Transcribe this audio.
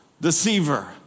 deceiver